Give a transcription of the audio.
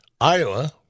Iowa